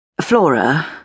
Flora